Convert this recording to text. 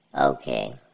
Okay